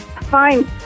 Fine